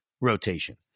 rotation